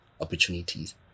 opportunities